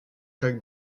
chaque